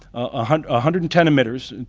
ah hundred ah hundred and ten emitters,